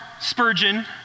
Spurgeon